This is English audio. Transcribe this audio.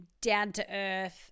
down-to-earth